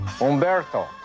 Umberto